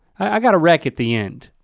i got a wreck at the end.